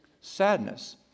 sadness